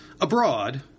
Abroad